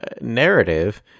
narrative